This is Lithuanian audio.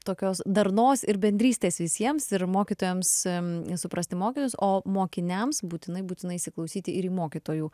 tokios darnos ir bendrystės visiems ir mokytojams m suprasti mokinius o mokiniams būtinai būtinai įsiklausyti ir į mokytojų